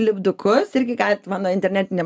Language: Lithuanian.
lipdukus irgi galit mano internetiniam